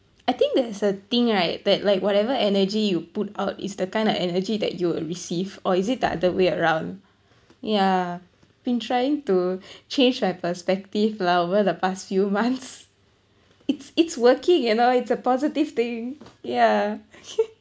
I think that's a thing right that like whatever energy you put out is the kind of energy that you will receive or is it the other way around ya been trying to change my perspective lah over the past few months it's it's working you know it's a positive thing ya